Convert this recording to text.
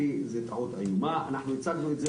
אנחנו הצגנו את זה